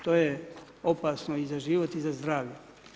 To je opasno i za život i za zdravlje.